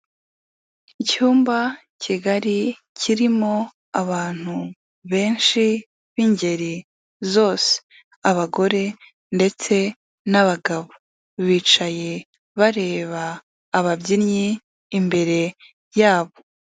Icyumba kigari kirimo abantu benshi b'ingeri zose. Abagore ndetse n'abagabo. Bicaye bareba ababyinnyi imbere yabo.